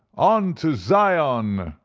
on to zion!